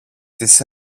της